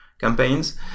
campaigns